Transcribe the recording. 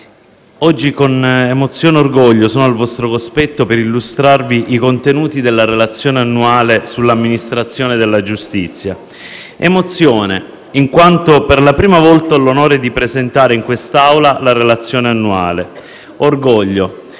Oggi con emozione e orgoglio sono al vostro cospetto per illustrarvi i contenuti della relazione annuale sull'amministrazione della giustizia. Emozione, in quanto per, la prima volta, ho l'onore di presentare in quest'Aula la relazione annuale; orgoglio,